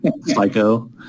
Psycho